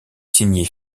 signée